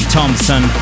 Thompson